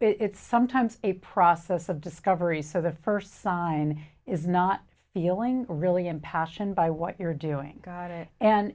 it's sometimes a process of discovery so the first sign is not feeling really impassioned by what you're doing